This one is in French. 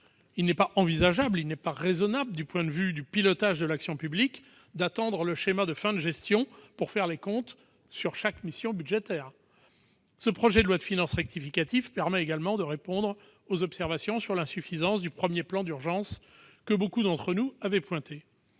Il n'est pas envisageable ni raisonnable, du point de vue du pilotage de l'action publique, d'attendre le schéma de fin de gestion pour faire les comptes de chaque mission budgétaire. Ce projet de loi de finances rectificative permet également de répondre aux observations sur l'insuffisance du premier plan d'urgence, que beaucoup d'entre nous avaient pointée.